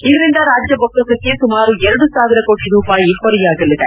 ಇದರಿಂದ ರಾಜ್ಯ ಬೊಕ್ಕಸಕ್ಕೆ ಸುಮಾರು ಎರಡು ಸಾವಿರ ಕೋಟಿ ರೂಪಾಯಿ ಹೊರೆಯಾಗಲಿದೆ